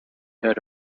heard